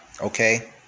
Okay